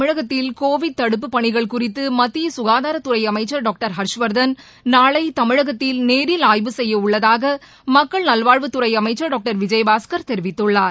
தமிழகத்தில் கோவிட் தடுப்புப் பணிகள் குறித்து மத்திய குகாதாரத்துறை அமைச்சர் டாக்டர் ஹர்ஷ்வர்தன் நாளை தமிழகத்தில் நேரில் ஆய்வு செய்ய உள்ளதாக மக்கள் நல்வாழ்வுத் துறை அமைச்சர் டாக்டர் விஜயபாஸ்கர் தெரிவித்துள்ளார்